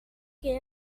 que